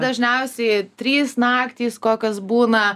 dažniausiai trys naktys kokios būna